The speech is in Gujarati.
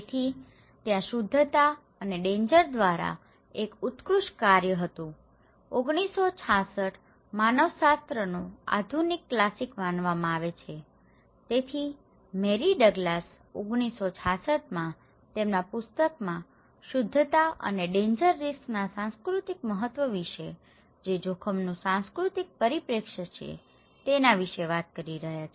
તેથી ત્યાં શુદ્ધતા અને ડેન્જર દ્વારા એક ઉત્કૃષ્ટ કાર્ય હતું 1966 માનવશાસ્ત્રનો આધુનિક ક્લાસિક માનવામાં આવે છે તેથી મેરી ડગ્લાસ 1966 માં તેમના પુસ્તકમાં શુદ્ધતા અને ડેન્જર રીસ્કના સાંસ્કૃતિક મહત્વ વિશે જે જોખમનું સાંસ્કૃતિક પરિપ્રેક્ષ્ય છે તેના વિશે વાત કરી રહ્યા છે